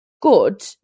good